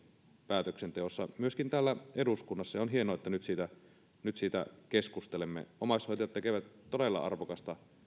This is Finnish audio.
päätöksenteossa myöskin täällä eduskunnassa on hienoa että nyt siitä keskustelemme omaishoitajat tekevät todella arvokasta